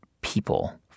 people